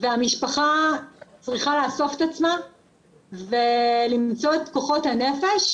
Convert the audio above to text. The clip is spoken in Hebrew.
והמשפחה צריכה לאסוף את עצמה ולמצוא את כוחות הנפש,